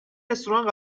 رستوران